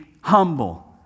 humble